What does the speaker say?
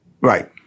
Right